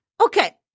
Okay